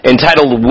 Entitled